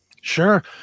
Sure